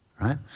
right